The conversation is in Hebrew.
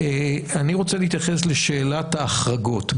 אני רוצה להתייחס לשאלת ההחרגות.